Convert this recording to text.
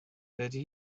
dydy